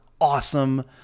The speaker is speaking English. awesome